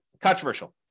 controversial